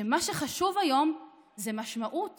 שמה שחשוב היום זה משמעות